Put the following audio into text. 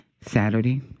Saturday